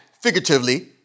figuratively